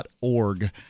org